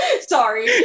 Sorry